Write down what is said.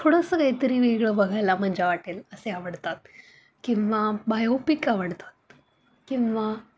थोडंसं काहीतरी वेगळं बघायला मजा वाटेल असे आवडतात किंवा बायोपिक आवडतात किंवा